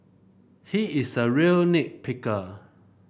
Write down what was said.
he is a real nit picker